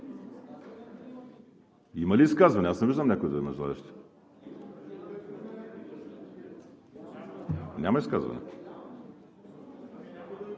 Има ли изказвания? Аз не виждам да има желаещи. Няма изказвания.